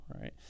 Right